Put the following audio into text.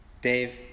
dave